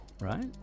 Right